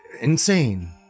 Insane